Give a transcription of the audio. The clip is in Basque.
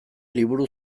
liburu